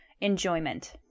enjoyment